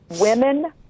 women